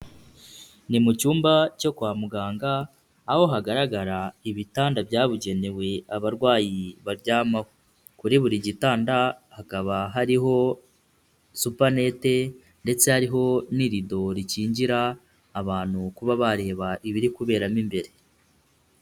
Ni mu cyumba cyo kwa muganga, aho hagaragara ibitanda byabugenewe abarwayi baryamaho. Kuri buri gitanda, hakaba hariho supanete ndetse hariho n'irido rikingira abantu kuba bareba ibiri kuberamo imbere.